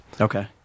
Okay